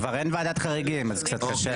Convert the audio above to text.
כבר אין ועדת חריגים אז קצת קשה.